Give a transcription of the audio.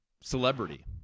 celebrity